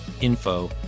info